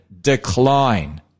decline